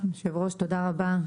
היושב ראש תודה רבה,